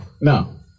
no